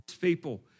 people